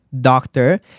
doctor